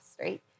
right